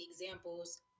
examples